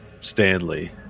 Stanley